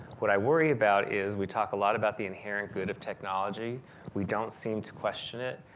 what i worry about is we talk a lot about the inherent good of technology we don't seem to question it.